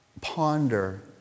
ponder